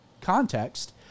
context